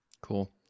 Cool